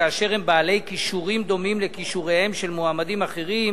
כאשר הם בעלי כישורים דומים לכישוריהם של מועמדים אחרים,